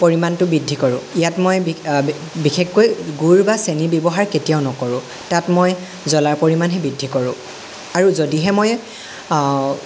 পৰিমাণটো বৃদ্ধি কৰোঁ ইয়াত মই বি বি বিশেষকৈ গুৰ বা চেনি ব্যৱহাৰ কেতিয়াও নকৰোঁ তাত মই জলাৰ পৰিমাণহে বৃদ্ধি কৰোঁ আৰু যদিহে মই